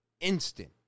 instant